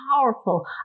powerful